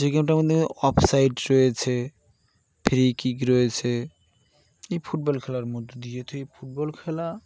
যে গেমটা মধ্যে অফ সাইড রয়েছে ফ্রি কিক রয়েছে এই ফুটবল খেলার মধ্যে দিয়েতু এই ফুটবল খেলা